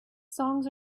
songs